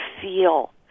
feel